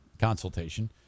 consultation